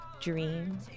dream